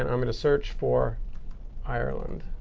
and going to search for ireland.